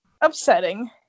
Upsetting